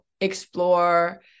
explore